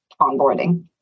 onboarding